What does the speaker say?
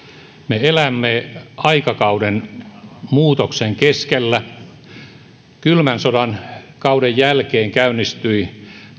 me elämme aikakauden muutoksen keskellä kylmän sodan kauden jälkeen käynnistyi